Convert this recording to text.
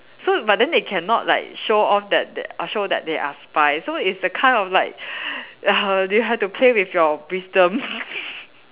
so but then they cannot like show off that that show that they are spy so it's the kind of like err they have to play with your wisdom